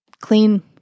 clean